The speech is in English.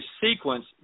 sequence